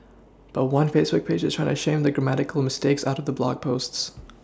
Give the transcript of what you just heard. but one Facebook page is trying to shame the grammatical mistakes out of the blog posts